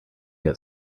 get